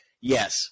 yes